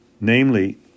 Namely